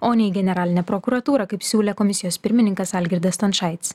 o ne į generalinę prokuratūrą kaip siūlė komisijos pirmininkas algirdas stončaitis